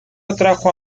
atrajo